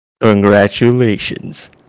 Congratulations